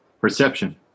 Perception